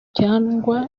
cyangwa